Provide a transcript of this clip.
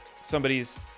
somebody's